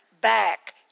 back